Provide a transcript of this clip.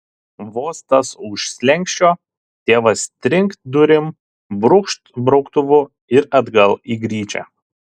vos tas už slenksčio tėvas trinkt durim brūkšt brauktuvu ir atgal į gryčią